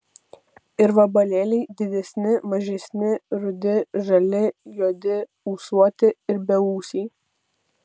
ir vabalėliai didesni mažesni rudi žali juodi ūsuoti ir beūsiai